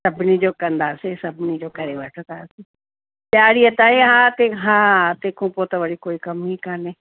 सभिनी जो कंदासीं सभिनी जो करे वठंदासि ॾियारीअ ताईं हा तंहिंखो पोइ त वरी कोई कम ई कोन्हे